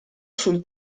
sul